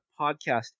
podcast